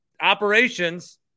operations